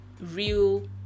real